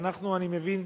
אנחנו, אני מבין,